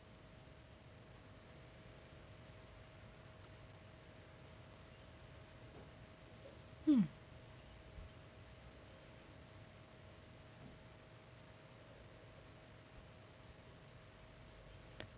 mm